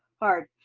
hard,